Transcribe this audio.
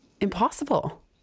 impossible